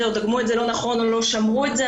או דגמו את זה לא נכון או לא שמרו את זה,